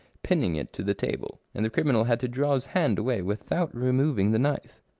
pinning it to the table, and the criminal had to draw his hand away without removing the knife.